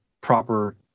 proper